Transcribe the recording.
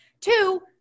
Two